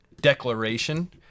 declaration